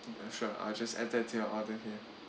sure I'll just add that to your order here